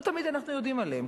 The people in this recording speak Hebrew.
לא תמיד אנחנו יודעים עליהן,